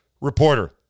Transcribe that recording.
Reporter